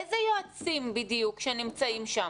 איזה יועצים בדיוק שנמצאים שם?